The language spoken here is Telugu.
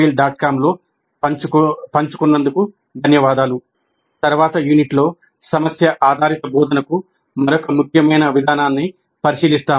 com లో పంచుకున్నందుకు ధన్యవాదాలు తరువాతి యూనిట్లో సమస్య ఆధారిత బోధనకు మరొక ముఖ్యమైన విధానాన్ని పరిశీలిస్తాము